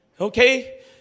Okay